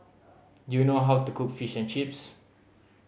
do you know how to cook Fish and Chips